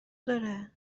داره